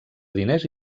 diners